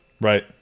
right